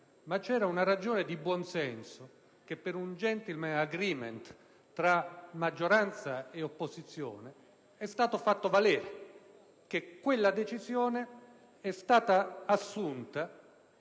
ma c'era una ragione di buon senso che per un *gentlemen's agreement* tra maggioranza ed opposizione è stata fatta valere, per cui quella decisione è stata assunta